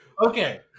Okay